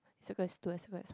circle as two I circle as one